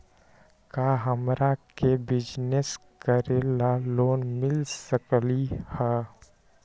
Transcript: का हमरा के बिजनेस करेला लोन मिल सकलई ह?